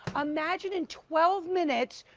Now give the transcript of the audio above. imagine in twelve minutes,